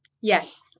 Yes